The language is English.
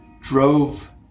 drove